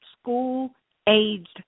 school-aged